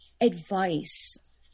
advice